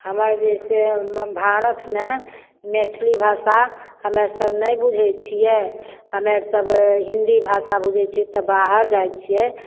हमर जे छै से भारतमे मैथिली भाषा हमे आर सब नहि बुझय छियै हमे सब हिन्दी भाषा बुझय छी तऽ बाहर जाइ छियै